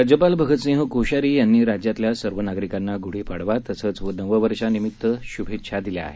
राज्यपाल भगतसिंह कोश्यारी यांनी राज्यातल्या सर्व नागरिकांना गुढी पाडवा तसंच नववर्षानिमित्त निमित्त शुभेच्छा दिल्या आहेत